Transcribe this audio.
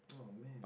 !aww! man